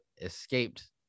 escaped